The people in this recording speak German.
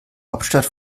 hauptstadt